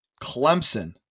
Clemson